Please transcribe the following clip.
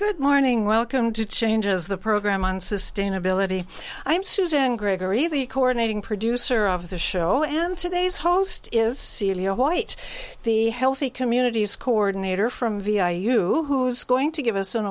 good morning welcome to changes the program on sustainability i'm susan gregory the coordinating producer of the show and today's host is celia white the healthy communities coordinator from vi you who's going to give us an